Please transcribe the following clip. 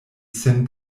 sen